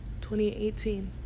2018